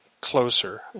closer